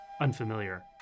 unfamiliar